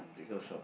they go shopping